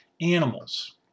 animals